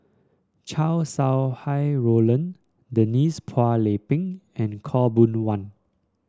Chow Sau Hai Roland Denise Phua Lay Peng and Khaw Boon Wan